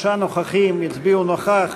שלושה נוכחים הצביעו נוכח.